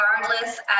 regardless